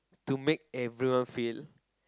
to make everyone feel